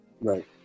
Right